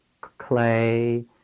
clay